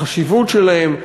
החשיבות שלהן,